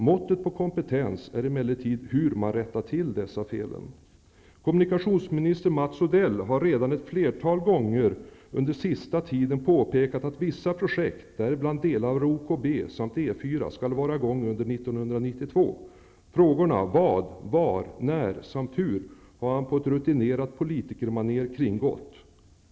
Måttet på kompetens är emellertid hur man rättar till dessa fel. Kommunikationsminister Mats Odell har redan ett flertal gånger under den senaste tiden påpekat att vissa projekt -- däribland delar av ostkustbanan och E 4 -- skall vara i gång under 1992. Frågorna vad, var, när samt hur har han på ett rutinerat politikermaner kringgått.